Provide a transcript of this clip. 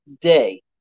day